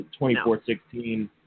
24-16